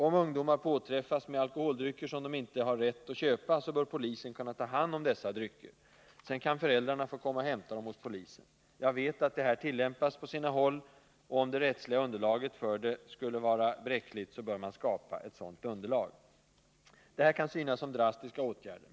Om ungdomar påträffas med alkoholdrycker som de inte har rätt att köpa, bör polisen kunna ta hand om dessa drycker. Sedan kan föräldrarna få komma och hämta dem hos polisen. Jag vet att detta tillämpas på sina håll. Om det rättsliga underlaget skulle vara bräckligt, bör man skapa ett sådant underlag. Det här kan synas som drastiska åtgärder.